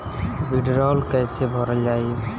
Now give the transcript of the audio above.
वीडरौल कैसे भरल जाइ?